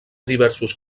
diversos